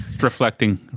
reflecting